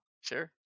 sure